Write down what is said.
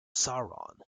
sauron